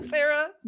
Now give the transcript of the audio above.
Sarah